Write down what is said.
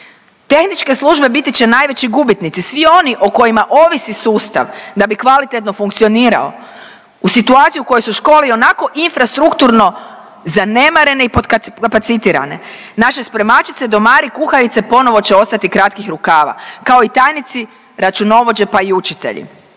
Tehničke službe biti će najveći gubitnici, svi oni o kojima ovisi sustav da bi kvalitetno funkcionirao u situaciji u kojoj su škole ionako infrastrukturno zanemarene i podkapacitirane naše spremačice, domari, kuharice ponovo će ostati kratkih rukava kao i tajnici, računovođe pa i učitelji.